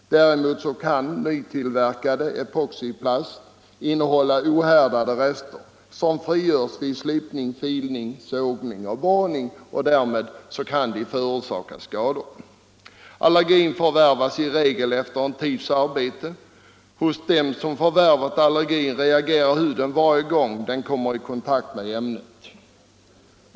Däremot kan nytillverkad epoxiplast innehålla ohärdade rester, som frigörs vid slipning, filning, sågning och borrning. Därmed kan de förorsaka skador. Allergin förvärvas i regel efter en tids arbete. Hos dem som förvärvat allergin reagerar huden varje gång den kommer i kontakt med ämnet.